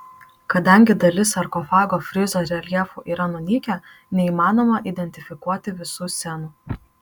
kadangi dalis sarkofago frizo reljefų yra nunykę neįmanoma identifikuoti visų scenų